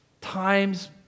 times